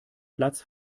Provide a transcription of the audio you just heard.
platz